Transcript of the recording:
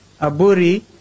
Aburi